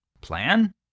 plan